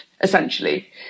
essentially